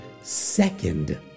second